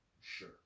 Sure